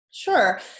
Sure